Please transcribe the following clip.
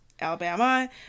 Alabama